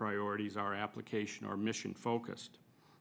priorities are application or mission focused